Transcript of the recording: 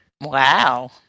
Wow